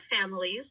families